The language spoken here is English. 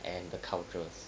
and the cultures